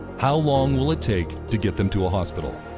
how long will it take to get them to a hospital?